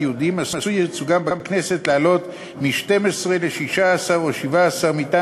היהודים עשוי ייצוגם בכנסת לעלות מ-12 ל-16 או 17 מטעם